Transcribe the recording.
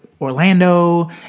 Orlando